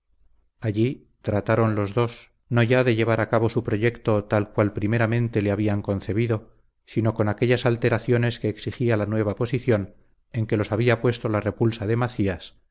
allí trataron los dos no ya de llevar a cabo su proyecto tal cual primeramente le habían concebido sino con aquellas alteraciones que exigía la nueva posición en que los había puesto la repulsa de macías